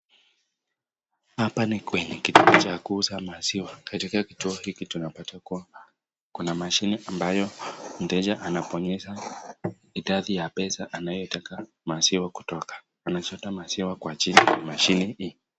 Hapa ni kwenye kituo cha kuuza maziwa. Katika kituo hiki tunapata kuwa kuna mashine ambayo mteja anabonyeza idadi ya pesa anayetaka maziwa kutoka anachota maziwa kwa chini ya mashine hii.